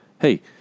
hey